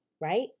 right